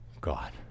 God